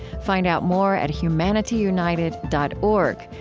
find out more at humanityunited dot org,